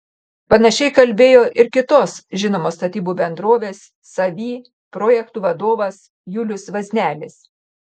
panašiai kalbėjo ir kitos žinomos statybų bendrovės savy projektų vadovas julius vaznelis